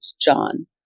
John